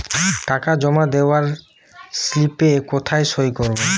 টাকা জমা দেওয়ার স্লিপে কোথায় সই করব?